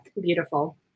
beautiful